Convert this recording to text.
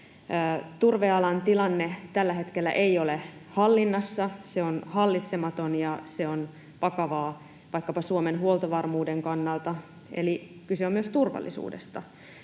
Turvealan tilanne tällä hetkellä ei ole hallinnassa, se on hallitsematon, ja se on vakavaa vaikkapa Suomen huoltovarmuuden kannalta, eli kyse on myös turvallisuudesta.